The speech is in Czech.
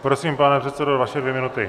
Prosím, pane předsedo, vaše dvě minuty.